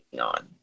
on